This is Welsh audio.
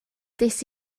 des